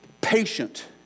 patient